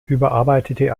überarbeitete